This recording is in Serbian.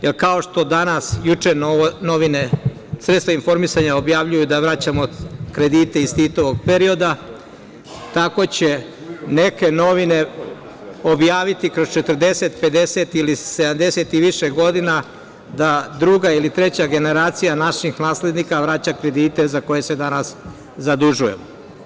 Jer, kao što „Danas“ novine, sredstva informisanja, juče objavljuju da vraćamo kredite iz Titovog perioda, tako će neke novine objaviti kroz 40, 50 ili 70 i više godina da druga ili treća generacija naših naslednika vraća kredite za koje se danas zadužujemo.